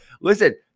Listen